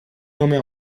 nome